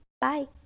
Bye